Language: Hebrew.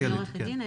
אני עורכת דין,